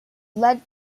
led